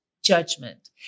judgment